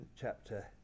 chapter